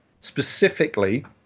specifically